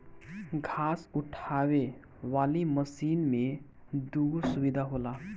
घास उठावे वाली मशीन में दूगो सुविधा होला